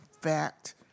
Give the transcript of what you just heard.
fact